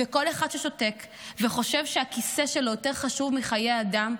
וכל אחד ששותק וחושב שהכיסא שלו יותר חשוב מחיי אדם,